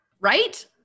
Right